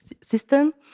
system